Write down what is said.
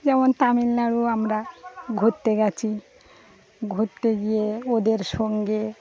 যেমন তামিলনাড়ু আমরা ঘুরতে গিয়েছি ঘুরতে গিয়ে ওদের সঙ্গে